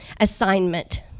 assignment